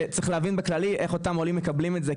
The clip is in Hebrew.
וצריך להבין בכללי איך אותם עולים מקבלים את זה,